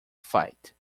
fight